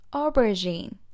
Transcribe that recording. aubergine